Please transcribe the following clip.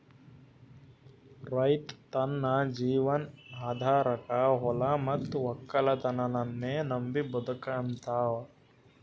ರೈತ್ ತನ್ನ ಜೀವನ್ ಆಧಾರಕಾ ಹೊಲಾ ಮತ್ತ್ ವಕ್ಕಲತನನ್ನೇ ನಂಬಿ ಬದುಕಹಂತಾವ